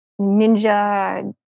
ninja